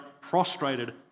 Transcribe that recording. prostrated